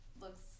looks